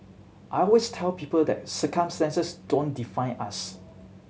I always tell people that circumstances don't define us